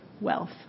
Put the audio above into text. wealth